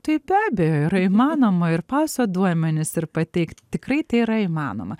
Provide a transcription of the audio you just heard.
tai be abejo yra įmanoma ir paso duomenis ir pateikt tikrai tai yra įmanoma